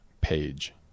page